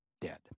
dead